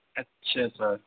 اچھا سر